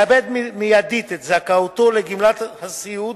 מאבד מיידית את זכאותו לגמלת הסיעוד,